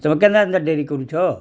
ତମ କେନ୍ତା ଏନ୍ତା ଡେରି କରୁଛ